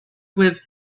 with